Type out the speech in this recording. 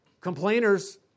Complainers